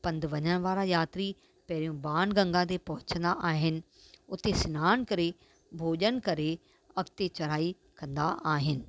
पंधु वञण वारा यात्री पहिरों बाणगंगा ते पहुचंदा आहिनि उते सनानु करे भोॼन करे अॻिते चढ़ाई कंदा आहिनि